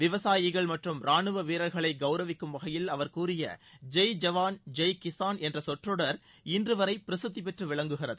விவசாயிகள் மற்றும் ராணுவ வீரர்களை கவுரவிக்கும் வகையில் அவர் கூறிய ஜெய் ஜவான் ஜெய் கிஸான் என்ற சொற்றொடர் இன்றுவரை பிரசித்தி பெற்று விளங்குகிறது